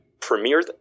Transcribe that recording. premiered